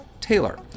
Taylor